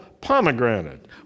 pomegranate